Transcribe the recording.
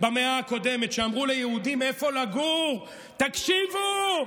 במאה הקודמת, אמרו ליהודים איפה לגור, תקשיבו.